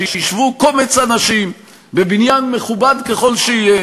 התורה, ורוב בני העדה אינם מכירים אותה.